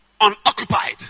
Unoccupied